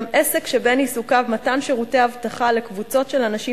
עסק שבין עיסוקיו מתן שירותי אבטחה לקבוצות של אנשים